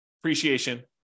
appreciation